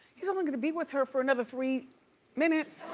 he's only gonna be with her for another three minutes.